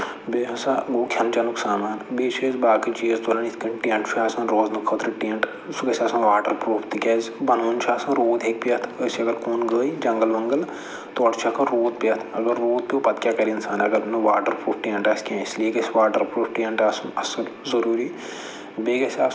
بیٚیہِ ہسا گوٚو کھٮ۪ن چٮ۪نُک سامان بیٚیہِ چھِ أسۍ باقٕے چیٖز تُلان یِتھ کٔنۍ ٹٮ۪نٛٹ چھُ آسان روزنہٕ خٲطرٕ ٹٮ۪نٛٹ سُہ گژھِ آسُن واٹَر پرٛوٗف تِکیٛازِ بَنوُن چھُ آسان روٗد ہیٚکہِ پٮ۪تھ أسۍ اَگر کُن گٔے جَنٛگَل وَنٛگَل تورٕ چھُ ہٮ۪کان روٗد پٮ۪تھ اَگر روٗد پیوٚو پَتہٕ کیٛاہ کرِ اِنسان اَگر نہٕ واٹَر پرٛوٗف ٹٮ۪نٛٹ آسہِ کیٚنٛہہ اِسلیے گژھِ واٹَر پرٛوٗف ٹٮ۪نٛٹ آسُن اَصٕل ضٔروٗری بیٚیہ گژھِ آسُن